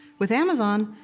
with amazon,